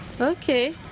Okay